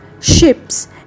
ships